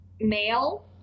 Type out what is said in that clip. male